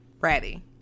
Ready